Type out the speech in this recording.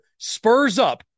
SPURSUP